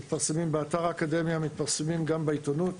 הם מתפרסמים באתר האקדמיה וגם בעיתונות,